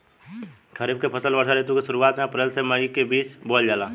खरीफ के फसल वर्षा ऋतु के शुरुआत में अप्रैल से मई के बीच बोअल जाला